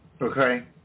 Okay